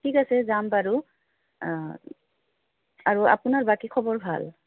ঠিক আছে যাম বাৰু আৰু আপোনাৰ বাকী খবৰ ভাল